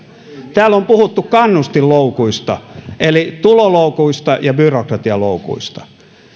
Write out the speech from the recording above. täällä on puhuttu kannustinloukuista eli tuloloukuista ja byrokratialoukuista